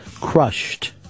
Crushed